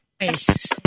nice